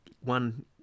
one